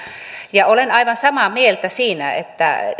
ja olen aivan samaa mieltä siitä että